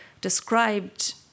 described